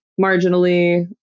marginally